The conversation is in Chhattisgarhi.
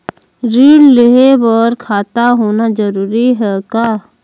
ऋण लेहे बर खाता होना जरूरी ह का?